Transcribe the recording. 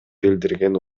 билдирген